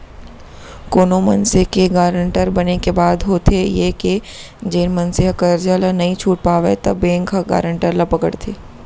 कोनो मनसे के गारंटर बने के बाद होथे ये के जेन मनसे ह करजा ल नइ छूट पावय त बेंक ह गारंटर ल पकड़थे